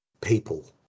people